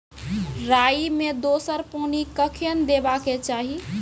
राई मे दोसर पानी कखेन देबा के चाहि?